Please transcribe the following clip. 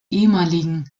ehemaligen